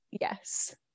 Yes